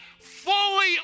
Fully